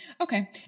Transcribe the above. Okay